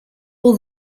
all